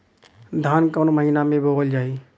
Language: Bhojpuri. धान कवन महिना में बोवल जाई?